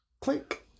click